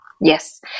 yes